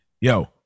yo